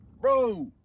bro